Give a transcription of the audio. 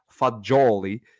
Fagioli